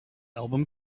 album